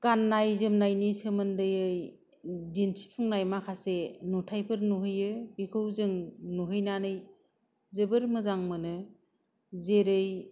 गान्नाय जोमनायनि सोमोन्दैयै दिनथिफुंनाय माखासे नुथाइफोर नुहैयो बिखौ जों नुहैनानै जोबोर मोजां मोनो जेरै